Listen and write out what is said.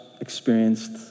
experienced